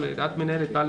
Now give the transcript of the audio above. את מנהלת הוועדה,